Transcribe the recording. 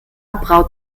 braut